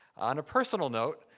on a personal note,